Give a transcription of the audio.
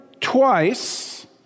twice